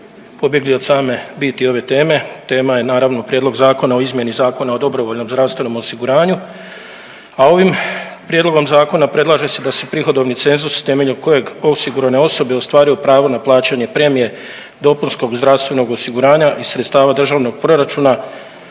pobjegli od same biti ove teme. Tema je naravno Prijedlog zakona o izmjeni Zakona o dobrovoljnom zdravstvenom osiguranju, a ovim prijedlogom zakona predlaže se da se prihodovni cenzus temeljem kojeg osigurane osobe ostvaruju pravo na plaćanje premijer dopunskog zdravstvenog osiguranja iz sredstava državnog proračuna